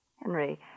Henry